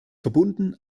verbunden